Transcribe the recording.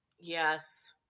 Yes